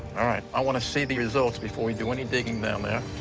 all right. i wanna see the results before we do any digging down there.